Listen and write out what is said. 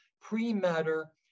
pre-matter